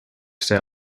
set